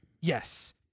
Yes